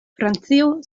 francio